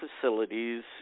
facilities